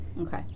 Okay